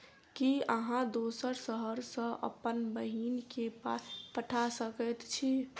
की अहाँ दोसर शहर सँ अप्पन बहिन केँ पाई पठा सकैत छी?